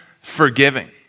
forgiving